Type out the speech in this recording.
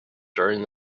during